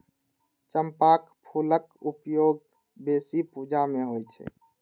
चंपाक फूलक उपयोग बेसी पूजा मे होइ छै